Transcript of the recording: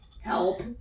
help